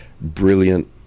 brilliant